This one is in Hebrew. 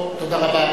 טוב, תודה רבה.